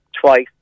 twice